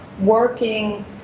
working